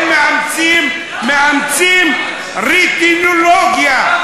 הם מאמצים מאמצים רייטינולוגיה,